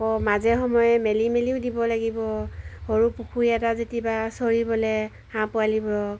আকৌ মাজে সময়ে মেলি মেলিও দিব লাগিব সৰু পুখুৰী এটা যেতিবা চৰিবলৈ হাঁহ পোৱালিবোৰক